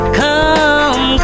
come